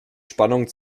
spannung